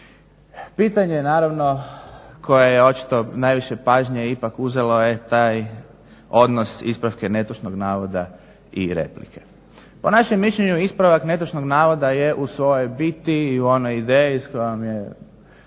Pitanje naravno koje je očito najviše pažnje ipak uzelo je taj odnos ispravka netočnog navoda i replike. Po našem mišljenju ispravak netočnog navoda je u svojoj biti, u onoj ideji s kojom je